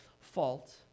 fault